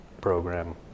program